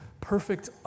perfect